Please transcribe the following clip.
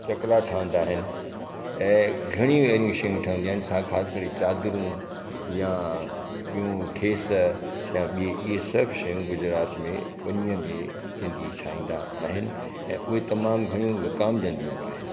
चकला ठहंदा आहिनि ऐं घणियूं अहिड़ियूं शयूं ठहंदियूं आहिनि छा ख़ासि करे चादरूं या ॿियूं खेस या ॿिए इहे सभु शयूं गुजरात में बनीअ खे सिंधी ठाहींदा आहिनि ऐं उहे तमामु घणियूं विकामजंदियूं बि आहिनि